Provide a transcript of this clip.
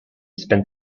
spent